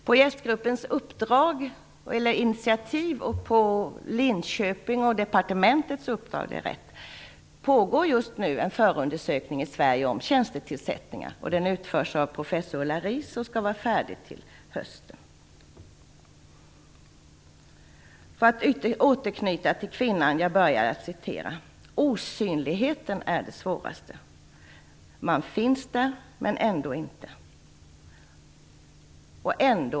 På JÄST-gruppens initiativ och på Linköpings universitets och departementets uppdrag pågår just nu en undersökning i Sverige om tjänstetillsättningar. Den utförs av professor Ulla Riis och skall vara färdig till hösten. För att återknyta till kvinnan som jag tidigare citerade: Osynligheten är det svåraste. Man finns där men ändå inte.